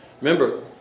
Remember